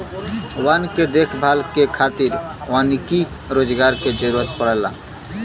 वन के देखभाल करे खातिर वानिकी रोजगार के जरुरत पड़ला